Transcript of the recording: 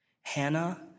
Hannah